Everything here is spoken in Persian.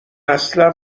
اصلا